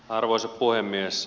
arvoisa puhemies